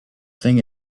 thing